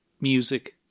music